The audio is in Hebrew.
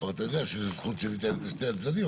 אבל אתה יודע שזו זכות שנמצאת בשני הצדדים,